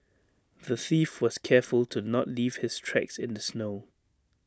the thief was careful to not leave his tracks in the snow